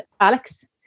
Alex